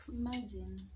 imagine